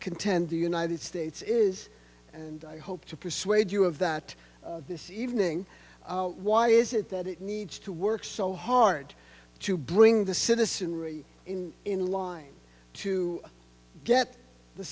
contend the united states is and i hope to persuade you of that this evening why is it that it needs to work so hard to bring the citizenry in in line to get the